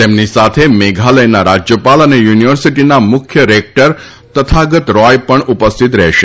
તેમની સાથે મેઘાલયના રાજ્યપાલ અને યુનિવર્સિટીના મુખ્ય રેક્ટર તથાગત રોય પણ ઉપસ્થિત રહેશે